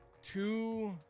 Two